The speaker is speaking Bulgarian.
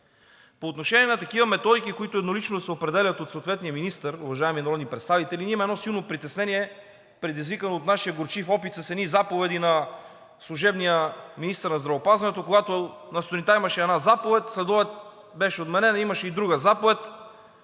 По отношение на такива методики, които еднолично да се определят от съответния министър, уважаеми народни представители, ние имаме силно притеснение, предизвикано от нашия горчив опит с едни заповеди на служебния министър на здравеопазването, когато сутринта имаше една заповед – следобед беше отменена, имаше и друга заповед.